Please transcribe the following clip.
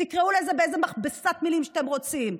תקראו לזה באיזו מכבסת מילים שאתם רוצים.